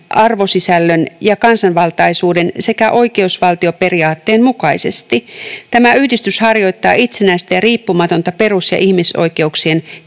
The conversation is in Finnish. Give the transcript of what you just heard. arvosisällön ja kansanvaltaisuuden sekä oikeusvaltioperiaatteen mukaisesti. Tämä yhdistys harjoittaa itsenäistä ja riippumatonta perus- ja ihmisoikeuksien